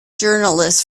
journalist